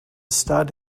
stud